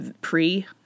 pre